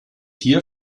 hier